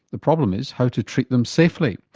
the problem is how to treat them safely?